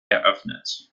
eröffnet